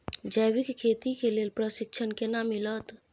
जैविक खेती के लेल प्रशिक्षण केना मिलत?